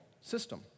system